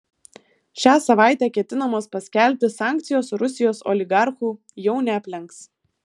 šią savaitę ketinamos paskelbti sankcijos rusijos oligarchų jau neaplenks